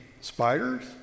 spiders